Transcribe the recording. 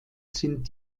sind